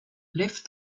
left